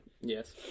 Yes